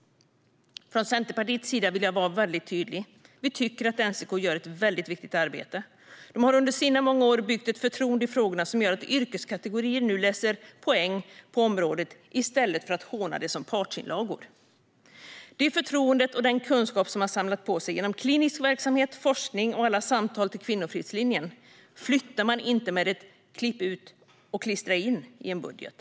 Från Centerpartiets sida vill jag vara väldigt tydlig: Vi tycker att NCK gör ett viktigt arbete. De har under sina många år byggt ett förtroende i frågorna som gör att yrkeskategorier nu läser in poäng på området i stället för att håna det som partsinlagor. Det förtroende och den kunskap som de samlat på sig genom klinisk verksamhet, forskning och alla samtal till Kvinnofridslinjen flyttar man inte med ett klipp-ut-och-klistra-in i en budget.